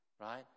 right